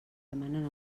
demanen